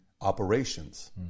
Operations